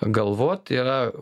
galvot yra